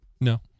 No